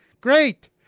Great